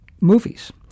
movies